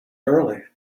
early